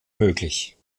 möglich